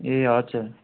ए अच्छा